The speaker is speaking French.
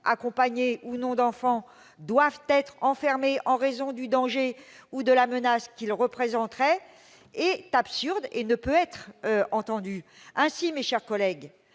accompagnés ou non d'enfants, doivent être enfermés en raison du danger ou de la menace qu'ils représenteraient, est absurde et ne peut être entendu. Mes chers collègues,